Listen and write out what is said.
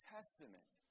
Testament